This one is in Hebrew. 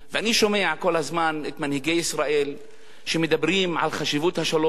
אני שומע כל הזמן את מנהיגי ישראל מדברים על חשיבות השלום,